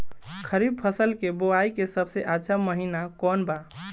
खरीफ फसल के बोआई के सबसे अच्छा महिना कौन बा?